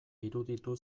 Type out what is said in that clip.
iruditu